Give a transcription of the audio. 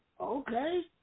Okay